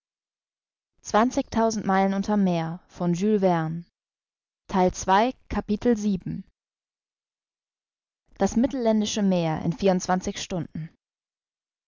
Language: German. das mittelländische meer in vierundzwanzig stunden